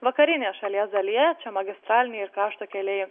vakarinėje šalies dalyje čia magistraliniai ir krašto keliai